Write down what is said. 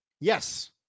Yes